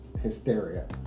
hysteria